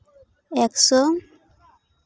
ᱮᱠᱥᱚ